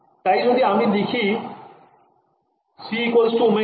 তাই যদি আমি লিখি c ωkr তাহলেই হবে